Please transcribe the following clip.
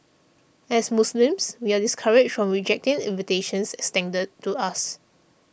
as Muslims we are discouraged from rejecting invitations extended to us